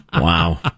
Wow